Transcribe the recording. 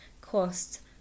cost